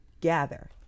gather